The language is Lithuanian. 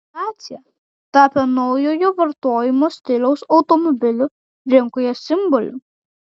dacia tapo naujojo vartojimo stiliaus automobilių rinkoje simboliu